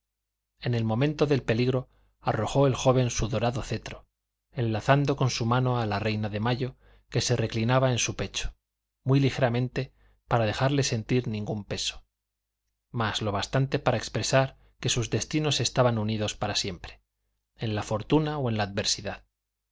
en el momento del peligro arrojó el joven su dorado cetro enlazando con su brazo a la reina de mayo que se reclinaba en su pecho muy ligeramente para dejarle sentir ningún peso mas lo bastante para expresar que sus destinos estaban unidos para siempre en la fortuna o en la adversidad